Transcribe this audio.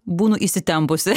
būnu įsitempusi